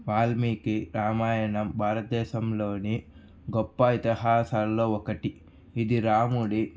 వాల్మీకి రామాయణం భారతదేశంలోని గొప్ప ఇతిహాసాలలో ఒకటి ఇది రాముడి